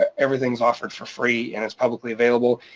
everything's offered for free, and it's publicly available,